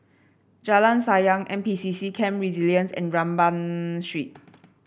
Jalan Sayang N P C C Camp Resilience and Rambau Street